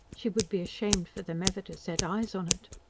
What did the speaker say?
she would be ashamed for them ever to set eyes on it.